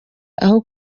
aho